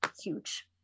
huge